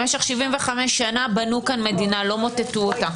במשך 75 שנה בנו כאן מדינה, לא מוטטו אותה.